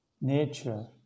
nature